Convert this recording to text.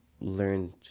learned